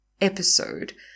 episode